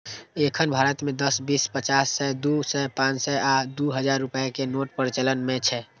एखन भारत मे दस, बीस, पचास, सय, दू सय, पांच सय आ दू हजार रुपैया के नोट प्रचलन मे छै